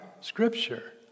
Scripture